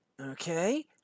okay